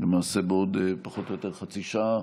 למעשה בעוד פחות או יותר חצי שעה,